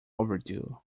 overdue